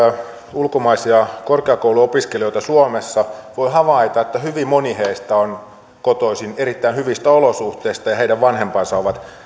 ulkomaisia korkeakouluopiskelijoita suomessa voi havaita että hyvin moni heistä on kotoisin erittäin hyvistä olosuhteista ja heidän vanhempansa ovat